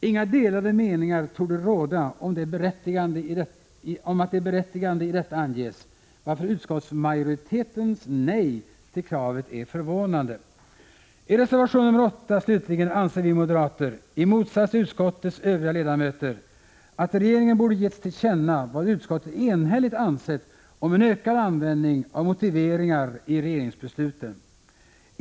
Inga delade meningar torde råda om det berättigade i att detta anges, varför utskottsmajoritetens nej till kravet är förvånande. I reservation nr 8 anser vi moderater — i motsats till utskottets övriga ledamöter — att regeringen borde ha getts till känna vad utskottet enhälligt anser om en ökad användning av motiveringar i regeringsbesluten.